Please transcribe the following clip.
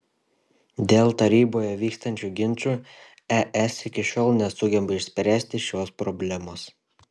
dėl taryboje vykstančių ginčų es iki šiol nesugeba išspręsti šios problemos